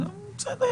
בסדר,